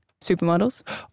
Supermodels